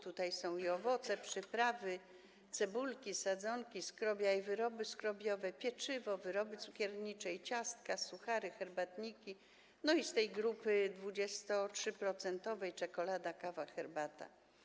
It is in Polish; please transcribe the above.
Tutaj są owoce, przyprawy, cebulki, sadzonki, skrobia i wyroby skrobiowe, pieczywo, wyroby cukiernicze i ciastka, suchary, herbatniki, no i z tej grupy 23-procentowej czekolada, kawa, herbata.